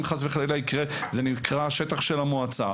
אם חס וחלילה יקרה משהו זה נקרא שטח המועצה,